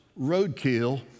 roadkill